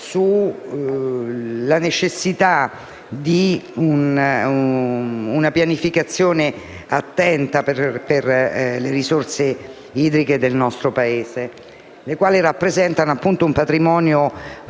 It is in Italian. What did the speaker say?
sulla necessità di una pianificazione attenta delle risorse idriche del nostro Paese, le quali rappresentano un patrimonio vitale